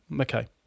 okay